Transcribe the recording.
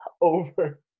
Over